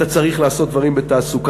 אתה צריך לעשות דברים בתעסוקה.